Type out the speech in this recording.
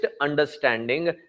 understanding